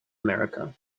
america